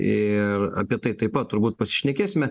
ir apie tai taip pat turbūt pasišnekėsime